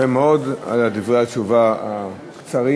יפה מאוד על דברי התשובה הקצרים.